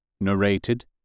Narrated